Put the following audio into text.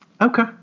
Okay